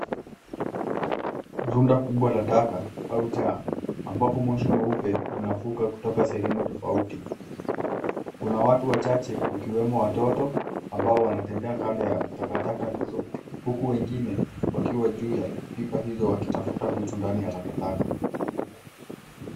Rundo kubwa la taka au jaa ambapo moshi mweupe unavuka kutoka sehemu tofauti. Kuna watu wachache ikiwemo watoto ambao wanatembea kando ya takataka hizo huku wengine wakiwa juu ya pipa hilo wakitafuta vitu ndani ya takataka.